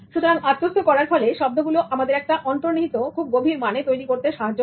সুতরাং আত্মস্থ করার ফলে শব্দগুলো আমাদের একটা অন্তর্নিহিত খুব গভীর মানে তৈরি করতে সাহায্য করে